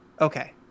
Okay